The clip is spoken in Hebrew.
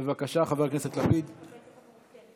בבקשה, חבר הכנסת לפיד, שלוש